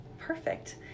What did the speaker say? Perfect